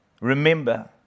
Remember